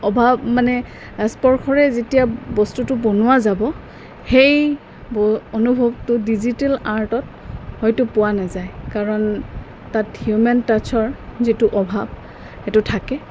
অভাৱ মানে স্পৰ্শৰে যেতিয়া বস্তুটো বনোৱা যাব সেই অনুভৱটো ডিজিটেল আৰ্টত হয়তো পোৱা নাযায় কাৰণ তাত হিউমেন টাছৰ যিটো অভাৱ সেইটো থাকে